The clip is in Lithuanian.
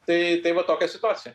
tai tai va tokia situacija